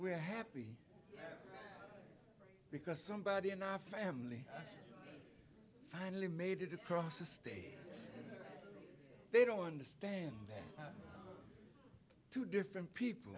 we're happy because somebody in our family finally made it across to stay they don't understand two different people